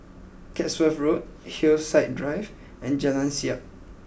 Chatsworth Road Hillside Drive and Jalan Siap